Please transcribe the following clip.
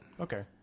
Okay